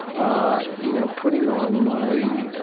ah you know, putting on my